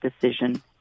decision